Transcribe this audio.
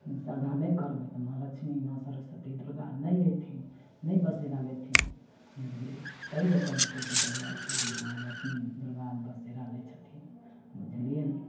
श्रद्धा नहि करबै तऽ माँ लक्ष्मी माँ सरस्वती दुर्गा नहि अएथिन नहि बसेरा लेथिन बुझलिए ताहि लऽ कऽ निपल पोतल जाइ छै जे माँ लक्ष्मी दुर्गा बसेरा लै छथिन बुझलिए ने